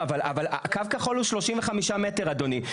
קו כחול הוא 35 מטר, אדוני.